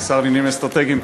השר לעניינים אסטרטגיים,